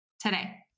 today